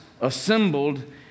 assembled